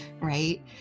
right